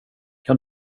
kan